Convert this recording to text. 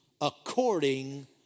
according